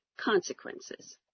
consequences